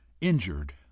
injured